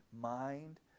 mind